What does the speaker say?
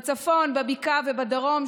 בבקעה ובדרום,